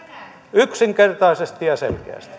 yksinkertaisesti ja selkeästi